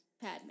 Padme